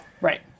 Right